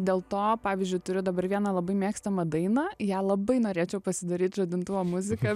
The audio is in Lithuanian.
dėl to pavyzdžiui turiu dabar vieną labai mėgstamą dainą ją labai norėčiau pasidaryt žadintuvo muziką